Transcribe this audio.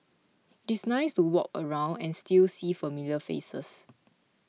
it is nice to walk around and still see familiar faces